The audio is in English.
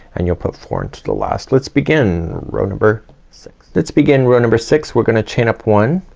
and you'll put four into the last. let's begin row number six. let's begin row number six. we're gonna chain up one,